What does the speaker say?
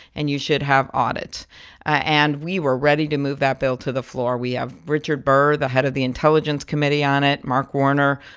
and you should have audits and we were ready to move that bill to the floor. we have richard burr, the head of the intelligence committee, on it, mark warner.